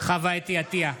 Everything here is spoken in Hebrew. חוה אתי עטייה,